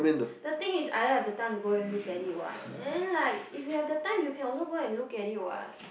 the thing is I don't have the time to go look at it what and then like if you have the time you can also go and look at it what